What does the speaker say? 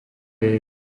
jej